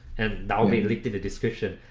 and that will be linked in the description.